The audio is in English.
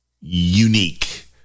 unique